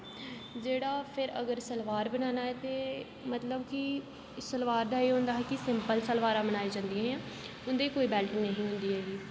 जेह्ड़ा फिर अगर सलवार बनाना ऐ ते मतलब कि सलवार दा एह् होंदा हा कि सिंपल सलवारां बनाई जंदिया हियां उं'दे ई कोई बेल्ट नेईं होंदी ऐही